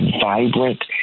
vibrant